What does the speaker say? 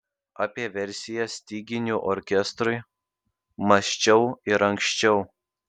apie versiją styginių orkestrui mąsčiau ir anksčiau